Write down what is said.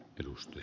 edusti